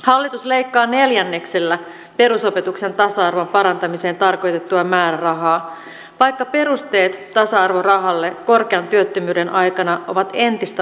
hallitus leikkaa neljänneksellä perusopetuksen tasa arvon parantamiseen tarkoitettua määrärahaa vaikka perusteet tasa arvorahalle korkean työttömyyden aikana ovat entistä vahvemmat